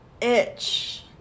itch